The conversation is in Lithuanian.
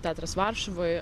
teatras varšuvoj